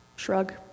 Shrug